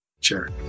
Sure